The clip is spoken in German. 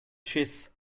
schiss